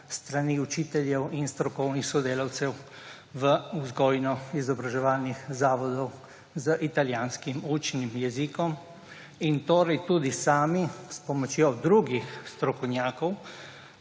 strani učiteljev in strokovnih sodelavcev vzgojno-izobraževalnih zavodov z italijanskim učnim jezikom in torej tudi sami s pomočjo drugih strokovnjakov